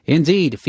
Indeed